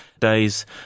days